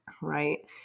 right